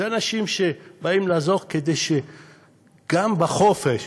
זה אנשים שבאים לעזור כדי שגם בחופש,